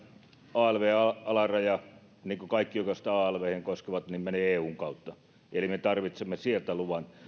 alv alaraja niin kuin oikeastaan kaikki alveja koskeva menee eun kautta eli me tarvitsemme sieltä luvan